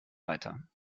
weiter